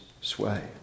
sway